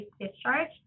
discharge